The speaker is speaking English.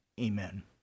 Amen